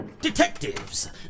Detectives